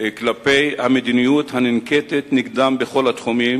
כלפי המדיניות הננקטת נגדם בכל התחומים.